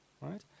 right